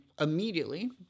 immediately